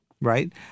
right